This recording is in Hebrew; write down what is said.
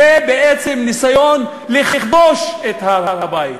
זה בעצם ניסיון לכבוש את הר-הבית,